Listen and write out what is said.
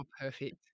perfect